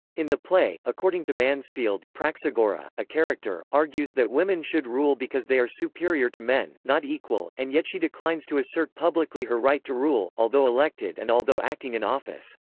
in the play, according to mansfield, praxagora, a character, argues that women should rule because they are superior to men, not equal, and yet she declines to assert publicly her right to rule, although elected and although acting in office.